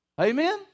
Amen